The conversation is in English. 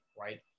right